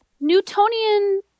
Newtonian